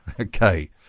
Okay